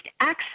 access